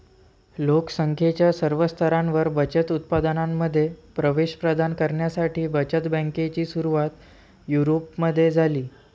लोक संख्येच्या सर्व स्तरांवर बचत उत्पादनांमध्ये प्रवेश प्रदान करण्यासाठी बचत बँकेची सुरुवात युरोपमध्ये झाली